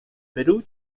perú